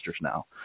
now